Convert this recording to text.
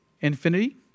Infinity